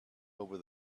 over